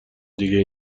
دیگه